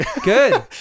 good